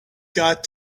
got